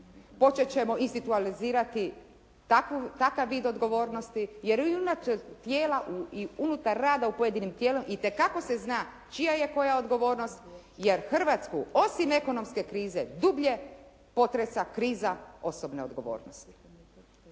Počet ćemo institualizirati takav vid odgovornosti jer … /Govornica se ne razumije./ … tijela i unutar rada u pojedinim tijelima itekako se zna čija je koja odgovornost jer Hrvatsku osim ekonomske krize dublje potresa kriza osobne odgovornosti.